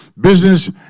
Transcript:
business